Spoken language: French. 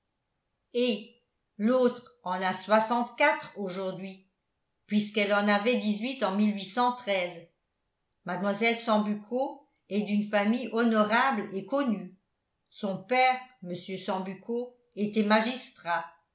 eh l'autre en a soixante quatre aujourd'hui puisqu'elle en avait dix-huit en mlle sambucco est d'une famille honorable et connue son père mr sambucco était magistrat